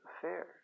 affairs